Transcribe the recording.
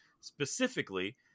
specifically